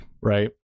Right